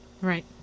right